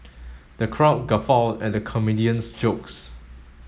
the crowd guffawed at the comedian's jokes